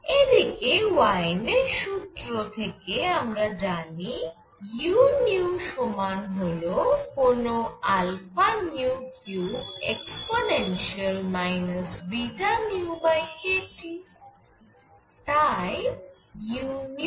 এদিকে ওয়েইনের সূত্র Wien's formula থেকে আমরা জানি uν সমান হল কোন α3e βνkT